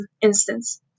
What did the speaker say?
instance